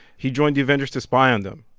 he joined the avengers to spy on them.